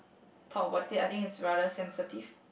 talk about it I think it's rather sensitive